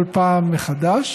כל פעם מחדש,